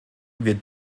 wir